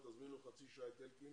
לחצי שעה.